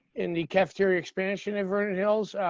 in the cafeteria expansion in vernon hills,